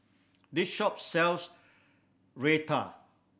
this shop sells Raita